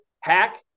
Hack